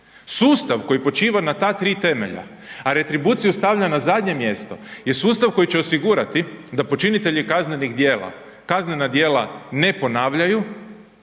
Sustav koji počiva na ta tri temelja a retribuciju stavlja na zadnje mjesto je sustav koji će osigurati da počinitelji kaznenih djela kaznena djela ne ponavljaju